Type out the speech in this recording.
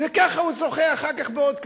וככה הוא זוכה אחר כך בעוד קדנציה.